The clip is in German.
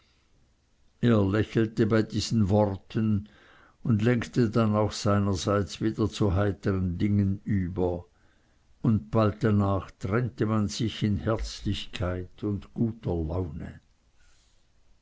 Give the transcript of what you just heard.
er lächelte bei diesen worten und lenkte dann auch seinerseits wieder zu heiteren dingen über und bald danach trennte man sich in herzlichkeit und guter laune